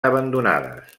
abandonades